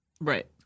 Right